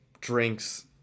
drinks